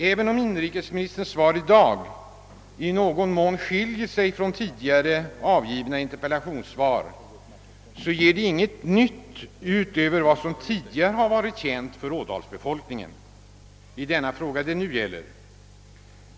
Även om inrikesministerns svar i dag i någon mån skiljer sig från tidigare avgivna interpellationssvar, ger det inget nytt utöver vad som tidigare varit känt för ådalsbefolkningen i den fråga det nu gäller.